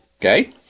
okay